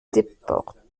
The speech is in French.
deportes